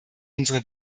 unsere